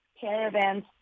caravans